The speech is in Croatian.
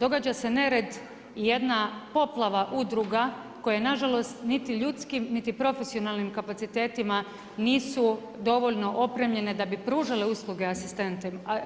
Događa se nered jedna poplava udruga koja nažalost, niti ljudskim niti profesionalnim kapacitetima, nisu dovoljno opremljene da bi pružale usluge